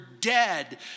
dead